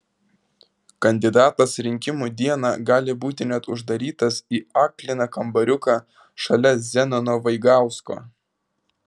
kandidatas rinkimų dieną gali būti net uždarytas į akliną kambariuką šalia zenono vaigausko